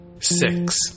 six